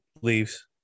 Leaves